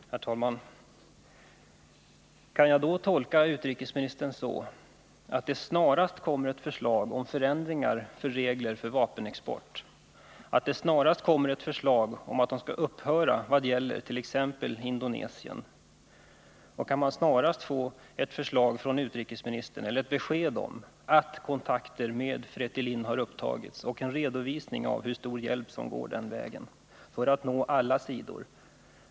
Herr talman! Kan jag då tolka utrikesministern så, att det snarast kommer ett förslag om förändringar av reglerna för vapenexport och att det snarast kommer ett förslag om att denna skall upphöra vad gäller t.ex. Indonesien? Kan vi snarast få ett besked från utrikesministern om att kontakter med Fretilin har upptagits och en redovisning av hur stor hjälp som går den vägen för att nå alla sidor?